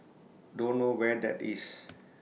don't know where that is